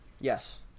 Yes